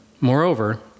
moreover